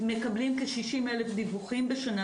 מקבלים כ-60,000 דיווחים בשנה,